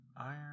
Iron